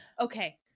Okay